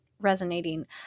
resonating